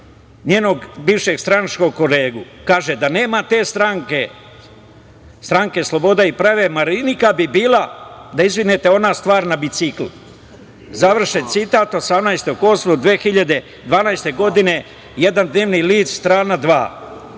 njenog bivšeg stranačkog kolegu, kaže – da nema te stranke, Stranke slobode i pravde, Marinika bi bila, da izvinite ona stvar na biciklu. Završen citat, 18. avgusta 2012. godine, jedan dnevni list, strana dva.I